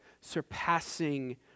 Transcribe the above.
surpassing